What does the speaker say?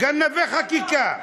גנבי חקיקה.